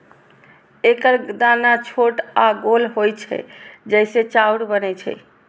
एकर दाना छोट आ गोल होइ छै, जइसे चाउर बनै छै